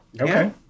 Okay